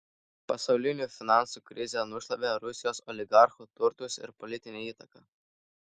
pasaulinė finansų krizė nušlavė rusijos oligarchų turtus ir politinę įtaką